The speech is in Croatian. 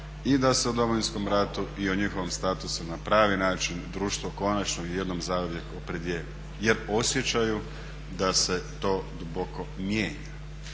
i da se o Domovinskom ratu i o njihovom statusu na pravi način društvo konačno i jednom zauvijek opredijeli. Jer osjećaju da se to duboko mijenja.